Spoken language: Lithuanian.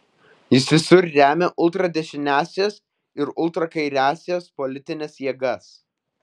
jis visur remia ultradešiniąsias ir ultrakairiąsias politines jėgas